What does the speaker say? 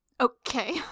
Okay